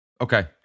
okay